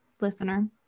listener